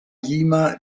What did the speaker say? jima